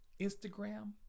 Instagram